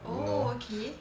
oh okay